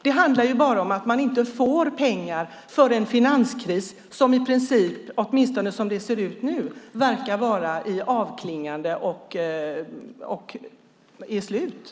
Det handlar ju bara om att man inte får pengar för en finanskris som i princip, åtminstone som det ser ut nu, verkar vara i avklingande och över.